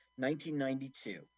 1992